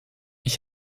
ich